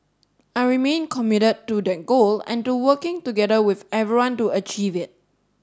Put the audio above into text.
I remain committed to that goal and to working together with everyone to achieve it